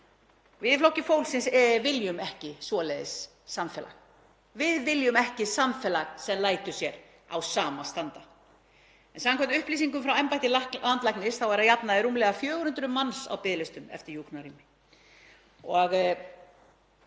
Við í Flokki fólksins viljum ekki svoleiðis samfélag. Við viljum ekki samfélag sem lætur sér á sama standa. En samkvæmt upplýsingum frá embætti landlæknis eru að jafnaði rúmlega 400 manns á biðlista eftir hjúkrunarrými.